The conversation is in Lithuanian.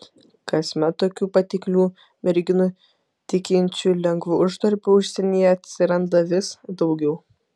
kasmet tokių patiklių merginų tikinčių lengvu uždarbiu užsienyje atsiranda vis daugiau